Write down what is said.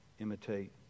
imitate